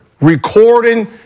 recording